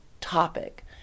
topic